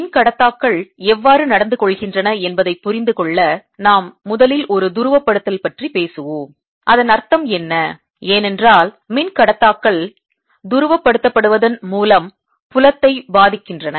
மின்கடத்தாக்கள் எவ்வாறு நடந்துகொள்கின்றன என்பதைப் புரிந்துகொள்ள நாம் முதலில் ஒரு துருவப்படுத்தல் பற்றி பேசுவோம் அதன் அர்த்தம் என்ன ஏனென்றால் மின்கடத்தாக்கள் துருவப்படுத்தப்படுவதன் மூலம் புலத்தை பாதிக்கின்றன